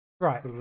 Right